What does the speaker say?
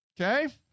Okay